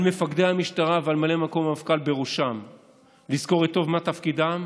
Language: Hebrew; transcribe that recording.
על מפקדי המשטרה ועל ממלא מקום המפכ"ל בראשם לזכור טוב מה תפקידם,